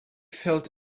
felt